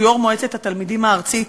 שהוא יושב-ראש מועצת התלמידים הארצית,